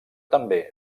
també